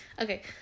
Okay